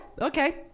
okay